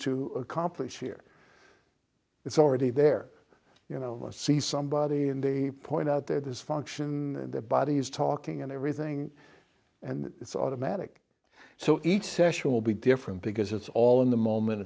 to accomplish here it's already there you know see somebody and they point out that this function their body is talking and everything and it's automatic so each session will be different because it's all in the moment